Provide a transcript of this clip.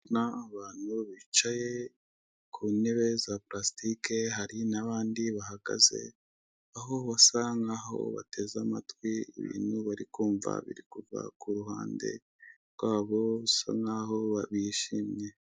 ndabona abantu bicaye ku ntebe za plastic hari nabandi bahagaze aho basa nkaho bateze amatwi ibintu barikumva biri kuva kuruhande rwabo basa nkaho bishimye.